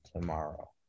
tomorrow